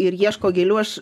ir ieško gėlių aš